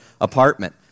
apartment